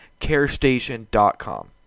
carestation.com